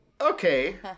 Okay